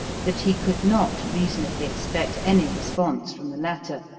that he could not reasonably expect any response from the latter,